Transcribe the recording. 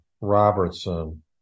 Robertson